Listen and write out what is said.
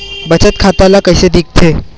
बचत खाता ला कइसे दिखथे?